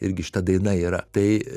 irgi šita daina yra tai